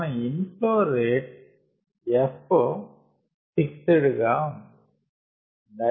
మన inlet flow rate F is fixed